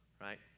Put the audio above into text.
right